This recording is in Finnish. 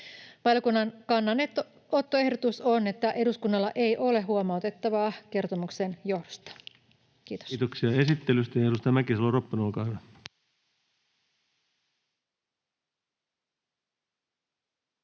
Valiokunnan kannanottoehdotus on, että eduskunnalla ei ole huomautettavaa kertomuksen johdosta. — Kiitos. Kiitoksia esittelystä. — Edustaja Mäkisalo-Ropponen,